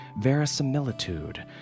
verisimilitude